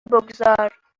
بگذار